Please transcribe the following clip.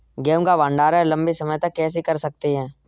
गेहूँ का भण्डारण लंबे समय तक कैसे कर सकते हैं?